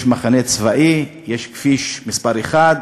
יש מחנה צבאי, יש כביש מס' 1,